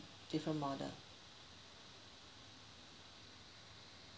different model